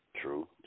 True